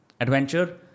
adventure